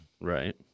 Right